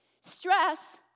Stress